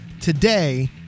today